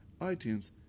iTunes